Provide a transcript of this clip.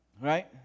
Right